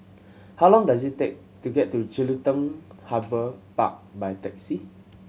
how long does it take to get to Jelutung Harbour Park by taxi